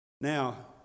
Now